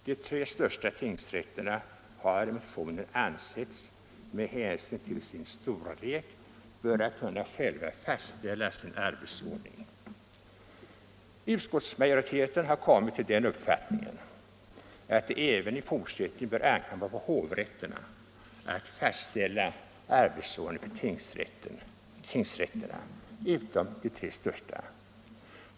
De tre största tingsrätterna har i motionen med hänsyn till sin storlek ansetts böra kunna själva fastställa sina arbetsordningar. Utskottsmajoriteten har kommit till den uppfattningen att det även i fortsättningen bör ankomma på hovrätterna att fastställa arbetsordning för tingsrätterna med undantag av de tre största.